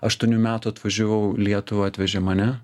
aštuonių metų atvažiavau į lietuvą atvežė mane